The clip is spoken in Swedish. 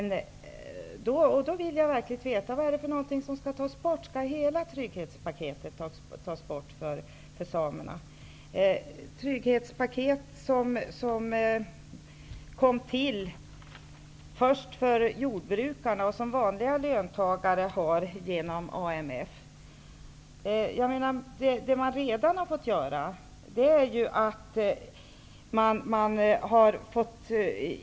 Jag vill verkligen veta vad som skall tas bort. Skall hela trygghetspaketet tas bort för samerna? Det skapades först ett trygghetspaket för jordbrukarna. Vanliga löntagare har trygghetspaket genom AMF.